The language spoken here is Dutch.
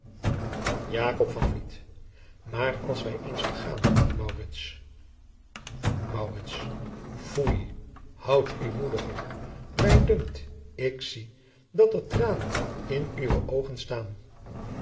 maar als wij eens vergaan maurits maurits foei houd u moediger mij dunkt ik zie dat er tranen in uwe oogen staan